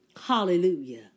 hallelujah